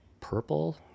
purple